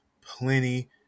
plenty